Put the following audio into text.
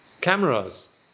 cameras